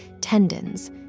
tendons